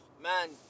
man